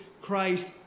Christ